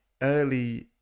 early